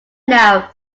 now